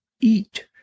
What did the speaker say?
eat